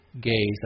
gaze